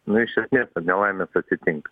nu iš esmės nelaimės atsitinka